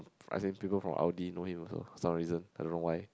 ask him to go from Audi know him also some reason I don't know why